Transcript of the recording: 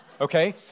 okay